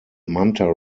manta